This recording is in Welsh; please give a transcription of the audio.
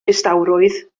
distawrwydd